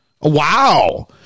Wow